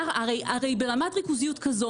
הרי ברמת ריכוזיות כזו,